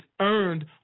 earned